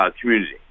community